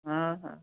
ହଁ ହଁ